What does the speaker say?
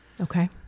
Okay